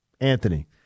Anthony